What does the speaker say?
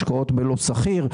השקעות בלא סחיר,